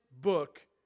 book